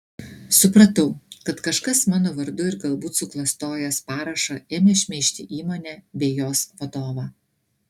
supratau kad kažkas mano vardu ir galbūt suklastojęs parašą ėmė šmeižti įmonę bei jos vadovą